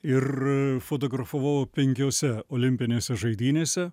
ir fotografavau penkiose olimpinėse žaidynėse